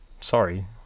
Sorry